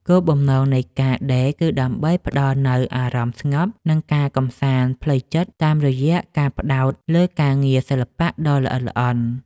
គោលបំណងនៃការដេរគឺដើម្បីផ្ដល់នូវអារម្មណ៍ស្ងប់ និងការកម្សាន្តផ្លូវចិត្តតាមរយៈការផ្ដោតលើការងារសិល្បៈដ៏ល្អិតល្អន់។